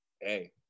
hey